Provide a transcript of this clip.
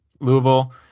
Louisville